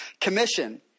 Commission